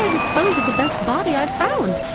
dispose of the best body i've found?